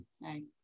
Nice